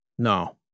No